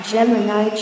Gemini